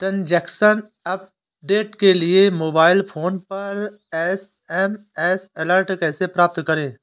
Transaction update के लिए mobile phone पर एस.एम.एस अलर्ट कैसे प्राप्त करें?